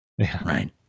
Right